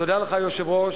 תודה לך, היושב-ראש.